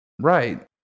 Right